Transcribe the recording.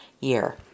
year